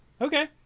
Okay